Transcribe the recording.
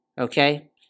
Okay